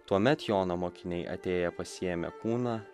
tuomet jono mokiniai atėję pasiėmė kūną